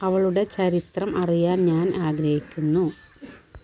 അവളുടെ ചരിത്രം അറിയാൻ ഞാൻ ആഗ്രഹിക്കുന്നു